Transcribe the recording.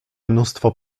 mnóstwo